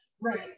right